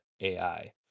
AI